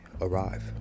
arrive